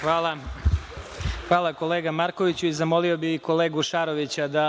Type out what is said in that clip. Hvala, kolega Markoviću. Zamolio bih i kolegu Šarovića da